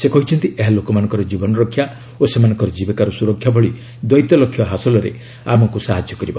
ସେ କହିଛନ୍ତି ଏହା ଲୋକମାନଙ୍କର ଜୀବନରକ୍ଷା ଓ ସେମାନଙ୍କର ଜୀବିକାର ସୁରକ୍ଷା ଭଳି ଦ୍ୱୈତ ଲକ୍ଷ୍ୟ ହାସଲରେ ଆମକୁ ସାହାଯ୍ୟ କରିବ